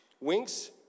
winks